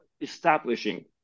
establishing